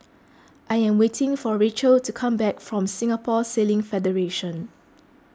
I am waiting for Rachelle to come back from Singapore Sailing Federation